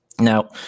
Now